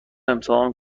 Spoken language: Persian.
امتحان